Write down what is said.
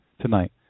tonight